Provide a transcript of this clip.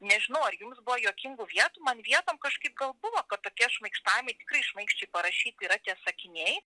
nežinau ar jums buvo juokingų vietų man vietom kažkaip gal buvo kad tokie šmaikštavimai tikrai šmaikščiai parašyti yra tie sakiniai